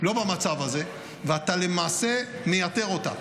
לא במצב הזה, ואתה למעשה מייתר אותה.